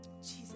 Jesus